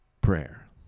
Prayer